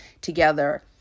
together